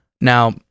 Now